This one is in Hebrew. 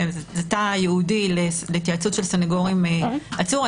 שזה תא ייעודי להתייעצות של סנגור עם עצור.